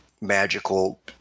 magical